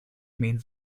means